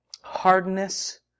hardness